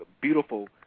beautiful